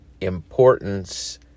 importance